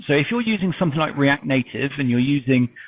if you're using something like react native and you're using,